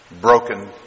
broken